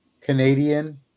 canadian